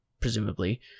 presumably